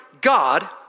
God